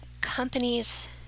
companies